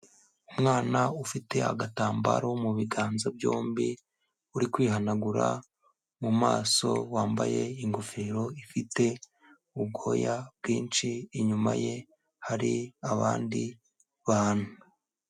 Umwana ufite agatambaro mu biganza byombi, uri kwihanagura mu maso, wambaye ingofero ifite ubwoya bwinshi, inyuma ye, hari abandi bantu.